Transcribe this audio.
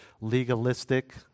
legalistic